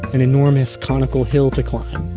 an enormous conical hill to climb,